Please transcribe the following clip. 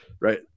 Right